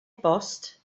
bost